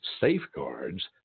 safeguards